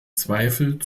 zweifel